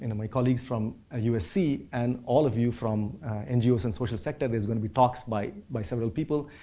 and my colleagues from ah usc and all of you from ngos and social sector. there is going to be talks by by several people.